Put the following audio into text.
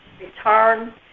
return